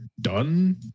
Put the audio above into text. done